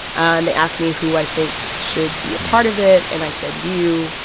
and they asked me who i think should be a part of it. and i said you.